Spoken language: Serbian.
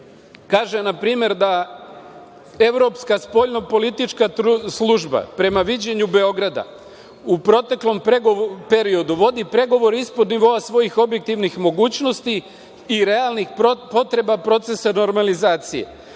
Kaže, npr. – da evropska spoljno-politička služba prema viđenju Beograda u proteklom periodu vodi pregovore ispod nivoa svojih objektivnih mogućnosti i realnih potreba procesa normalizacije. Teško